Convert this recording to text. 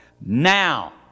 Now